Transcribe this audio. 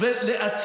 למוחרת כבר לא,